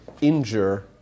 injure